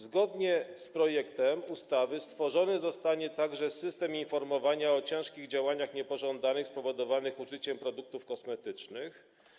Zgodnie z projektem ustawy stworzony zostanie także system informowania o ciężkich działaniach niepożądanych spowodowanych użyciem produktów kosmetycznych.